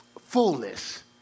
fullness